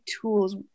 tools